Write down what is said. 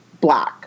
black